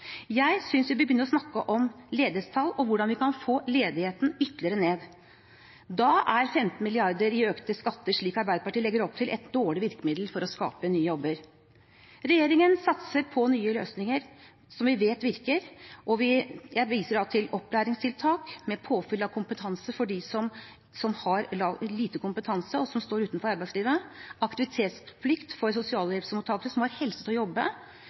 Jeg synes vi skal begynne å snakke om ledighetstall og hvordan vi kan få ledigheten ytterligere ned. Da er 15 mrd. kr i økte skatter, slik Arbeiderpartiet legger opp til, et dårlig virkemiddel for å skape nye jobber. Regjeringen satser på nye løsninger som vi vet virker, og jeg viser da til opplæringstiltak med påfyll av kompetanse for dem som har lav kompetanse og står utenfor arbeidslivet, og aktivitetsplikt for sosialhjelpsmottakere som har helse til å jobbe.